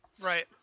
Right